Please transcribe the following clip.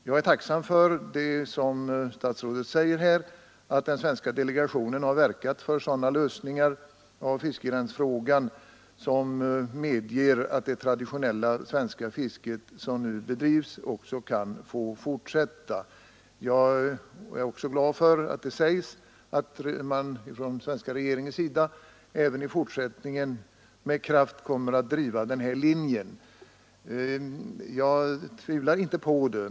Jag är tacksam för att den svenska delegationen enligt vad statsrådet säger i svaret har verkat för sådana lösningar av fiskegränsfrågan som medger att det traditionella svenska fiske som nu bedrivs kan fortsätta. Jag är också glad för att statsrådet säger att den svenska regeringen även i fortsättningen med kraft kommer att driva denna linje. Jag tvivlar inte på det.